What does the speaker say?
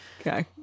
Okay